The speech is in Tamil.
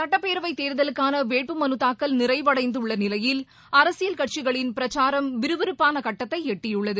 சுட்டப்பேரவைத் தேர்தலுக்கான வேட்பு மனுதாக்கல் நிறைவடைந்துள்ள நிலையில் அரசியல் கட்சிகளின் பிரச்சாரம் விறுவிறுப்பான கட்டத்தை எட்டியுள்ளது